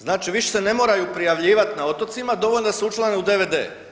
Znači više se ne moraju prijavljivat na otocima, dovoljno je da se učlane u DVD.